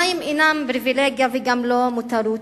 מים אינם פריווילגיה וגם לא מותרות,